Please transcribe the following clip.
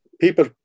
People